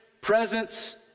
presence